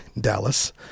Dallas